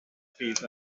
fydd